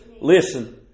Listen